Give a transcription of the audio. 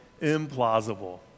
implausible